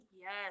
yes